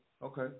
Okay